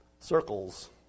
Circles